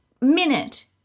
minute